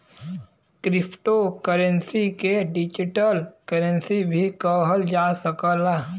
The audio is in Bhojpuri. क्रिप्टो करेंसी के डिजिटल करेंसी भी कहल जा सकला